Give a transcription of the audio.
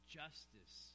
justice